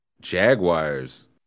Jaguars